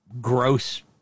gross